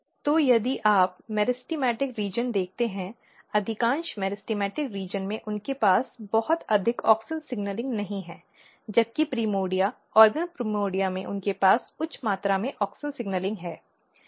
तो यदि आप मेरिस्टेमेटिक क्षेत्र देखते हैं अधिकांश मेरिस्टेमेटिक क्षेत्र में उनके पास बहुत अधिक ऑक्सिन सिग्नलिंग नहीं है जबकि प्राइमोर्डिया अंग प्रिमोर्डिया में उनके पास उच्च मात्रा में ऑक्सिन सिग्नलिंग है